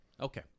okay